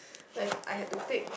like I had to pick